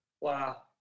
Wow